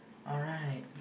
alright